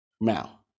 Now